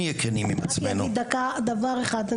אני רק אוסיף דבר אחד.